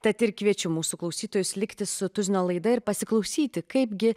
tad ir kviečiu mūsų klausytojus likti su tuzino laida ir pasiklausyti kaipgi